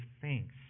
thanks